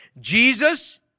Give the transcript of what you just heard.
Jesus